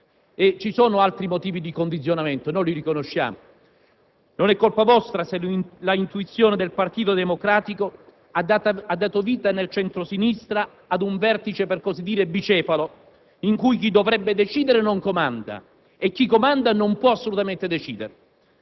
ci sono altri motivi di condizionamento: noi li riconosciamo. Non è colpa vostra se l'intuizione del Partito democratico ha dato vita nel centro-sinistra ad un vertice, per così dire, bicefalo, in cui chi dovrebbe decidere non comanda e chi comanda non può assolutamente decidere.